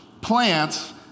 plants